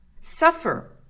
suffer